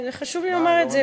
חשוב לי לומר את זה,